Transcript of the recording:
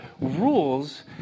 rules